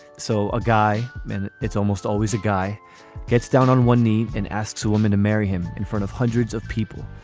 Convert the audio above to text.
so a guy man it's almost always a guy gets down on one knee and asked two women to marry him in front of hundreds of people.